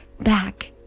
back